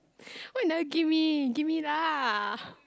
why you never give me give me lah